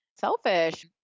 selfish